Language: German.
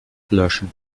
löschen